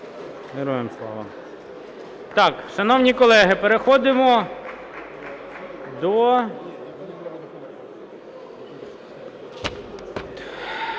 Дякую.